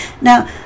now